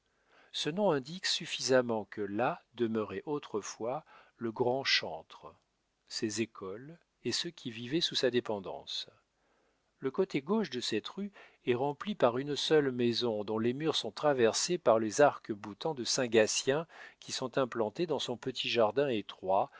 ce nom indique suffisamment que là demeurait autrefois le grand chantre ses écoles et ceux qui vivaient sous sa dépendance le côté gauche de cette rue est rempli par une seule maison dont les murs sont traversés par les arcs-boutants de saint gatien qui sont implantés dans son petit jardin étroit